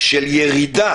של ירידה